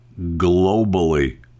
globally